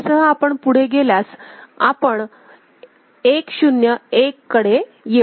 तर यासह आपण पुढे गेल्यास आपण 1 0 1 कडे येऊ